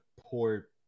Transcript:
poor